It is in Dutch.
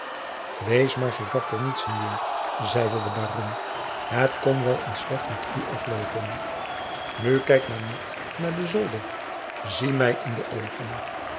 wees maar zoo dartel niet sinjeur zeide de baron het kon wel eens slecht met u afloopen nu kijk maar niet naar den zolder zie mij in de oogen